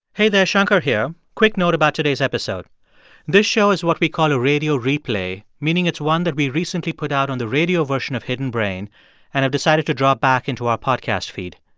hey, there. shankar here. quick note about today's episode this show is what we call a radio replay, meaning it's one that we recently put out on the radio version of hidden brain and have decided to drop back into our podcast feed.